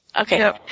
Okay